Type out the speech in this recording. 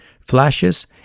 Flashes